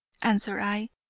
answered i,